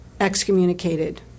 excommunicated